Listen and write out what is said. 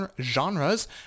genres